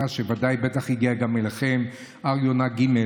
שוודאי בטח הגיעה גם אליכם: הר יונה ג',